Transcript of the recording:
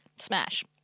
Smash